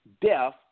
death